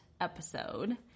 episode